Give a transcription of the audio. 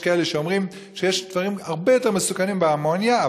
יש כאלה שאומרים שיש דברים הרבה יותר מסוכנים מהאמוניה.